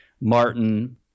Martin